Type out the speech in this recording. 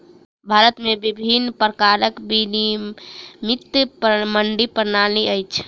भारत में विभिन्न प्रकारक विनियमित मंडी प्रणाली अछि